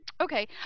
Okay